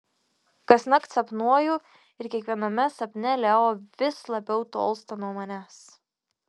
kasnakt sapnuoju ir kiekviename sapne leo vis labiau tolsta nuo manęs